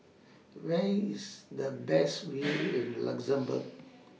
Where IS The Best View in Luxembourg